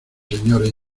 señores